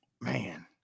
man